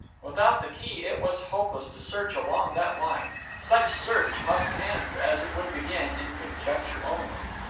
without the key it was hopeless to search along that line such search must end, as it would begin, in conjecture only.